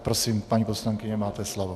Prosím, paní poslankyně, máte slovo.